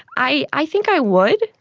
i i think i would.